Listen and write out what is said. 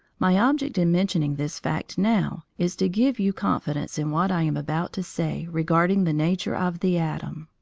my object in mentioning this fact now is to give you confidence in what i am about to say regarding the nature of the atom.